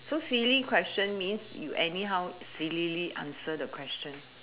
so silly question means you anyhow sillily answer the question